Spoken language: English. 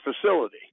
facility